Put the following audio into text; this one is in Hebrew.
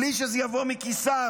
בלי שזה יבוא מכיסם.